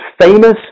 famous